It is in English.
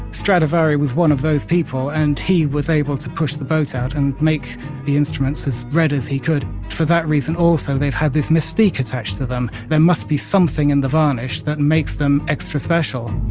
stradivari was one of those people and he was able to push the boat out and make the instruments as red as he could for that reason also they've had this mystique attached to them, there must be something in the varnish that makes them extra special